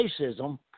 racism